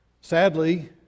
Sadly